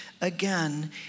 again